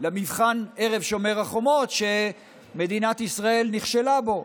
למבחן ערב שומר החומות, שמדינת ישראל נכשלה בו,